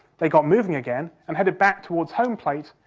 they got moving again and headed back towards home plate,